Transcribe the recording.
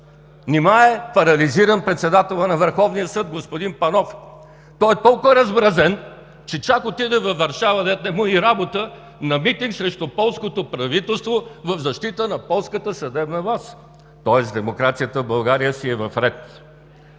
Нима е парализиран председателят на Върховния съд господин Панов? Той е толкова размразен, че чак отиде във Варшава, дето не му е и работа, на митинг срещу полското правителство в защита на полската съдебна власт. Тоест демокрацията в България си е в ред.